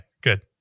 good